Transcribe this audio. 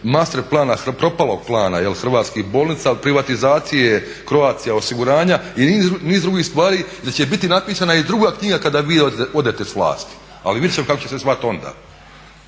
master plana, propalog plana hrvatskih bolnica, od privatizacije Croatia osiguranja i niz drugih stvari gdje će biti napisana i druga knjiga kada vi odete s vlasti. Ali vidjet ćemo kako će zvati onda.